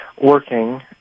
working